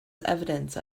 evidence